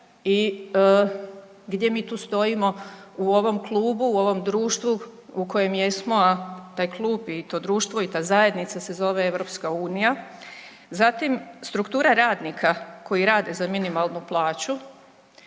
i gdje mi tu stojimo u ovom klubu, u ovom društvu u kojem jesmo, a taj klub i to društvo i ta zajednica se zove EU. Zatim struktura radnika koji rade za minimalnu plaću,